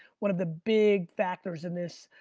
one of the big factors in this